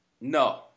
No